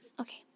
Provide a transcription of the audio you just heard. okay